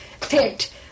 picked